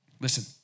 Listen